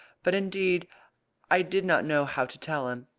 but indeed i did not know how to tell him.